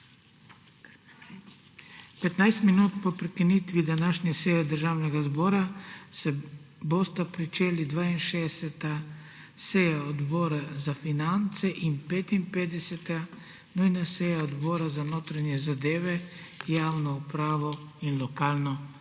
15 minut po prekinitvi današnje seje Državnega zbora se bosta pričeli 62. seja Odbora za finance in 55. nujna seja Odbora za notranje zadeve, javno upravo in lokalno samoupravo.